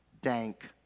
dank